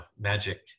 magic